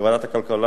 וועדת הכלכלה,